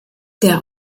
der